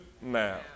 now